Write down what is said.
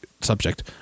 subject